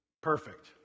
perfect